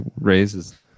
Raises